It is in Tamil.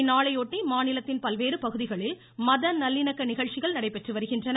இந்நாளை ஒட்டி மாநிலத்தின் பல்வேறு பகுதிகளில் மத நல்லிணக்க நிகழ்ச்சிகள் நடைபெற்று வருகிறது